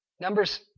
Numbers